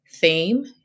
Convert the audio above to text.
theme